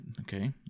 Okay